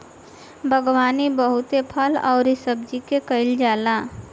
बागवानी बहुते फल अउरी सब्जी के कईल जाला